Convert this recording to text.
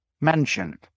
mentioned